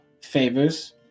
favors